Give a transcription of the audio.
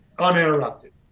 Uninterrupted